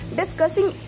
discussing